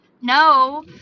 No